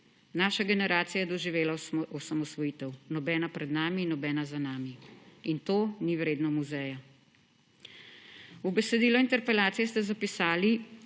Naša generacija je doživela osamosvojitev, nobena pred nami in nobena za nami – in to ni vredno muzeja?! V besedilu interpelacije ste zapisali,